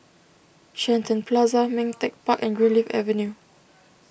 Shenton Plaza Ming Teck Park and Greenleaf Avenue